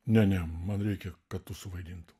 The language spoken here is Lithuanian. ne ne man reikia kad tu suvaidintum